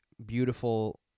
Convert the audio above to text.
beautiful